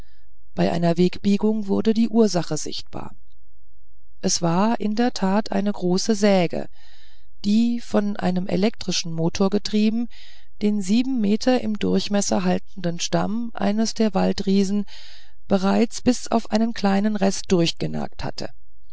bei einer wegbiegung wurde die ursache sichtbar es war in der tat eine große säge die von einem elektrischen motor getrieben den sieben meter im durchmesser haltenden stamm eines der waldriesen bereits bis auf einen kleinen rest durchnagt hatte